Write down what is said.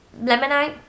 Lemonade